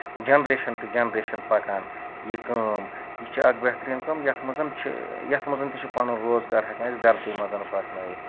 generation to generation پَکان یہِ کٲم یہِ چھےٚ اکھ بہتریٖن کٲم یَتھ منٛز چھُ یَتھ منز تہِ چھُ پَنُن روزگار ہٮ۪کان أسۍ گرسٕے منٛز پَکنٲیِتھ